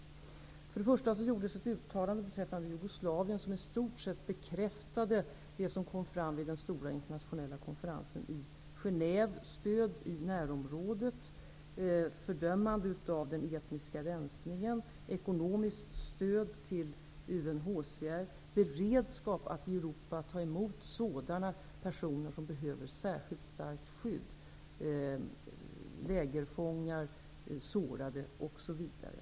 Till att börja med gjordes ett uttalande beträffande Jugoslavien som i stort sett bekräftade det som kom fram vid den stora internationella konferensen i Genève: stöd i närområdet, fördömande av den etniska rensningen, ekonomiskt stöd till UNHCR, beredskap att i Europa ta emot sådana personer som behöver särskilt starkt skydd -- lägerfångar, sårade, osv.